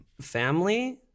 Family